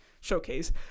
showcase